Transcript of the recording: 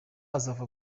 azava